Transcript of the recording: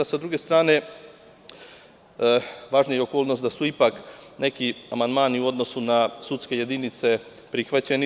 S druge strane, važna je i okolnost da su ipak neki amandmani u odnosu na sudske jedinice prihvaćeni.